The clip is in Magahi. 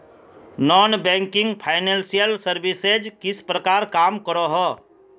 नॉन बैंकिंग फाइनेंशियल सर्विसेज किस प्रकार काम करोहो?